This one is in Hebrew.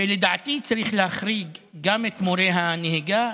ולדעתי צריך להחריג גם את מורי הנהיגה.